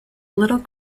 little